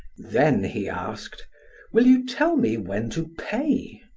then he asked will you tell me when to pay?